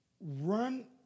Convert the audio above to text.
run